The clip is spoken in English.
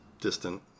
distant